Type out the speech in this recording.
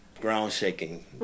ground-shaking